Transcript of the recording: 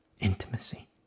Intimacy